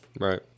Right